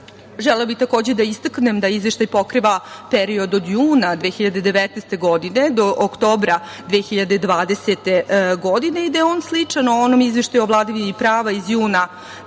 bih takođe da istaknem da izveštaj pokriva period od juna 2019. godine do oktobra 2020. godine, i da je on sličan onom izveštaju o vladavini prava iz juna